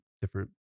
different